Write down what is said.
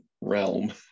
realm